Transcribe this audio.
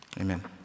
Amen